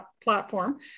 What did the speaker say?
platform